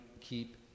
keep